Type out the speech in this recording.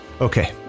Okay